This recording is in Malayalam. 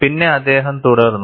പിന്നെ അദ്ദേഹം തുടർന്നു